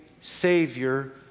Savior